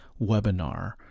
webinar